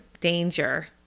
danger